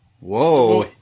whoa